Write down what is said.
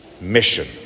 mission